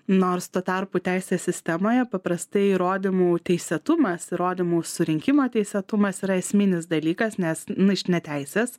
nors tuo tarpu teisės sistemoje paprastai įrodymų teisėtumas įrodymų surinkimo teisėtumas yra esminis dalykas nes nu iš neteisės